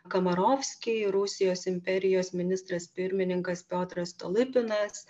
kamarovskiai rusijos imperijos ministras pirmininkas piotras stolypinas